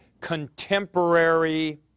contemporary